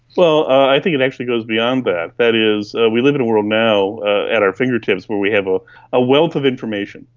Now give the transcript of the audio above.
well, i think it actually goes beyond that, that is we live in a world now at our fingertips where we have ah a wealth of information,